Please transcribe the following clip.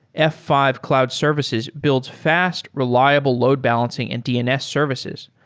f five cloud services build fast, reliable load-balancing and dns services.